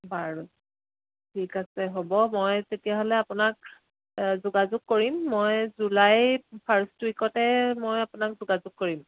বাৰু ঠিক আছে হ'ব মই তেতিয়াহ'লে আপোনাক যোগাযোগ কৰিম মই জুলাই ফাৰ্ষ্ট উইকতে মই আপোনাক যোগাযোগ কৰিম